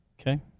Okay